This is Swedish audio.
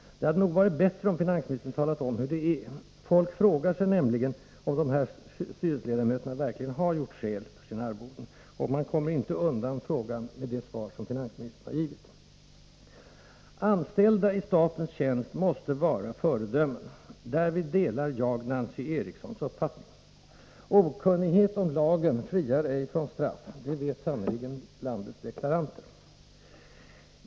Det hade nog varit bättre om finansministern hade talat om hur det är. Folk frågar sig nämligen om de här styrelseledamöterna verkligen har gjort skäl för sina arvoden, och man kommer inte undan med det svar som finansministern har givit. Anställda i statens tjänst måste vara föredömen — därvid delar jag Nancy Erikssons uppfattning. Okunnighet om lagen friar ej från straff — det vet sannerligen landets deklaranter.